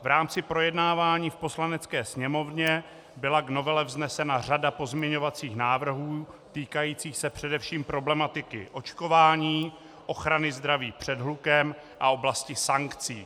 V rámci projednávání v Poslanecké sněmovně byla k novele vznesena řada pozměňovacích návrhů týkajících se především problematiky očkování, ochrany zdraví před hlukem a oblasti sankcí.